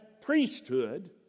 priesthood